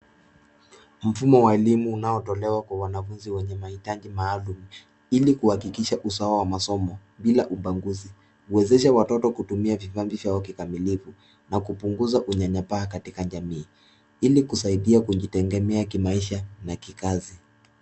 Mfumo wa elimu unaotolewa kwa wanafunzi wenye mahitaji maalum ilikuhakikisha usawa wa masomo bila ubaguzi huwezesha watoto kutumia vipaji vyao vikamilifu na kupunguza unyanyapa katika jamii ili kusaidia kujitegemea kimaisha na kikazi.